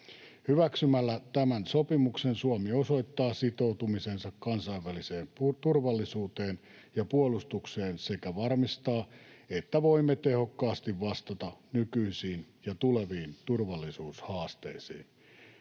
Hyväksymällä tämän sopimuksen Suomi osoittaa sitoutumisensa kansainväliseen turvallisuuteen ja puolustukseen sekä varmistaa, että voimme tehokkaasti vastata nykyisiin ja tuleviin turvallisuushaasteisiin.